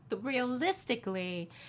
realistically